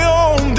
on